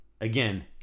Again